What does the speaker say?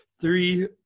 three –